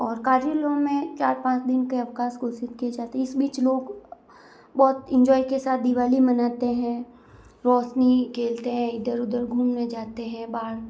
और कार्यलयों में चार पाँच दिन के अवकाश घोषित कि जाती है इस बीच लोग बहुत इन्जॉय के साथ दिवाली मनाते हैं रोशनी खेलते हैं इधर उधर घूमने जाते हैं बाहर